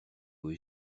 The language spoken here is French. aux